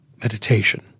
meditation